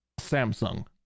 Samsung